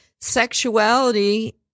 sexuality